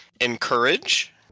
encourage